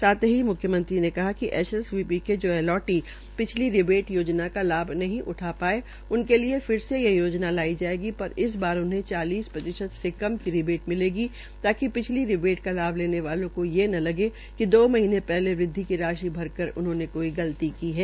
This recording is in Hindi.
साथ ही मुख्यमंत्री ने कहा कि एचएसवीपी के जो अलाटी पिछली रिबेट योनजा का लाभ नहीं उठा थाये उनके लिये फिर से ये योजना लाई जायेगी र इस बार उन्हें चालीस प्रतिशत से कम की रिबेट मिलेगी ताकि पिछली रिबेट का लाभ लेने वालों को ये न लगेकि दो महीने हले वृदवि की राशि भर कर उनहोंने गलती की है